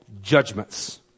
judgments